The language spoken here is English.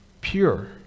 pure